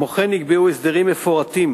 כמו כן נקבעו הסדרים מפורטים